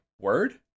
word